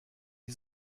die